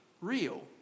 real